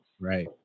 Right